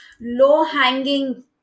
low-hanging